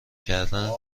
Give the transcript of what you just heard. کردنچی